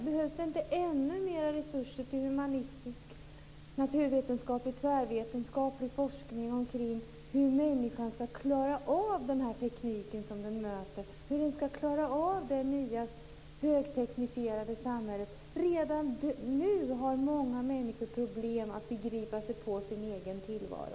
Behövs det inte ännu mer resurser för humanistisk, naturvetenskaplig, tvärvetenskaplig forskning kring hur människan ska klara av den teknik som hon möter, hur hon ska klara av det nya högteknifierade samhället? Redan nu har många människor problem med att begripa sig på sin egen tillvaro.